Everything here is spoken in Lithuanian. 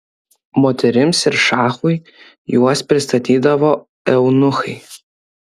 moterims ir šachui juos pristatydavo eunuchai